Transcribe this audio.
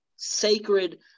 sacred